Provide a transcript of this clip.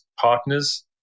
Partners